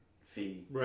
fee